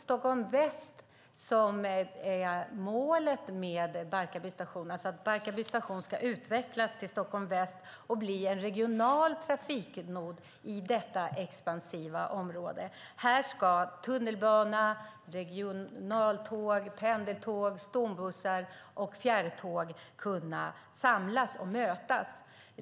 Stockholm väst är målet med Barkarby station, det vill säga Barkarby station ska utvecklas till Stockholm väst och bli en regional trafiknod i detta expansiva område. Här ska tunnelbana, regionaltåg, pendeltåg, stombussar och fjärrtåg samlas och mötas.